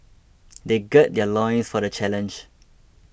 they gird their loins for the challenge